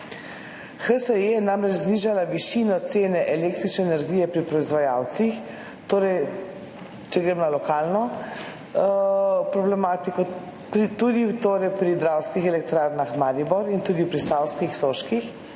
HSE je namreč znižal višino cene električne energije pri proizvajalcih, če grem na lokalno problematiko, tudi pri Dravskih elektrarnah Maribor in tudi pri Savskih, Soških.